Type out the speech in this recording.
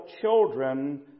children